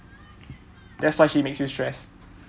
that's why she makes you stress